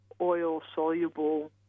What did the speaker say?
oil-soluble